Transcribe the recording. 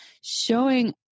showing